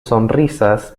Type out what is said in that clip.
sonrisas